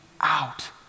out